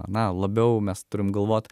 na labiau mes turim galvot